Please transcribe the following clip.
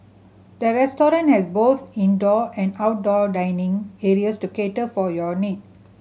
the restaurant has both indoor and outdoor dining areas to cater for your need